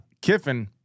Kiffin